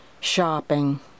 shopping